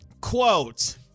Quote